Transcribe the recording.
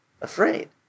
afraid